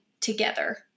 together